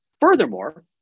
Furthermore